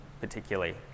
particularly